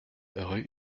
rue